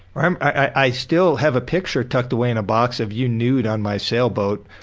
um i still have a picture tucked away in a box of you nude on my sailboat.